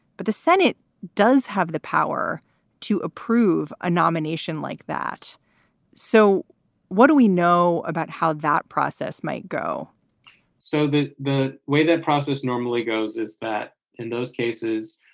but the senate does have the power to approve a nomination like that so what do we know about how that process might go so that the way that process normally goes is that in those cases,